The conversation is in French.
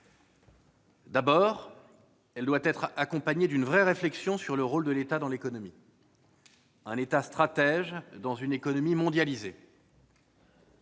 D'abord, elle doit être accompagnée d'une vraie réflexion sur le rôle de l'État dans l'économie. Un État stratège, dans une économie mondialisée,